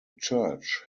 church